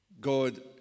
God